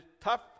tough